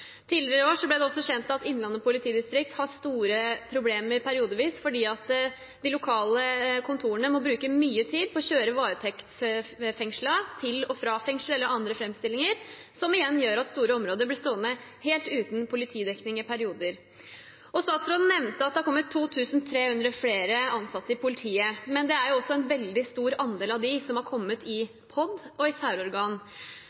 Tidligere i år ble det også kjent at Innlandet politidistrikt har store problemer periodevis fordi de lokale kontorene må bruke mye tid på å kjøre varetektsfengslede til og fra fengsel eller andre framstillinger, som igjen gjør at store områder blir stående helt uten politidekning i perioder. Statsråden nevnte at det har kommet 2 300 flere ansatte i politiet, men en veldig stor andel av dem har kommet